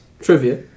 trivia